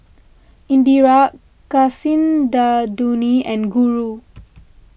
Indira Kasinadhuni and Guru